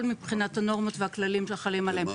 מבחינת הנורמות והכללים שחלים עליהם.